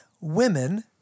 women